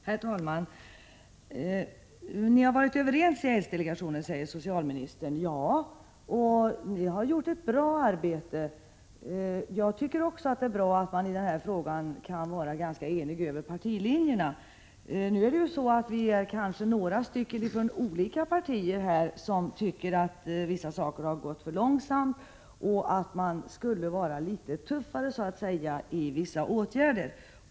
Herr talman! Ni har varit överens i aidsdelegationen — det säger socialministern här —, och ni har gjort ett bra arbete. Också jag tycker att det är bra att man i den här frågan kan visa ganska stor enighet över partilinjerna. Men nu finns det faktiskt några stycken i olika partier som tycker att vissa saker har gått för långsamt och att man borde vara litet tuffare när det gäller vissa åtgärder.